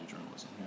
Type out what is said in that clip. journalism